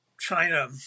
China